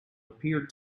appeared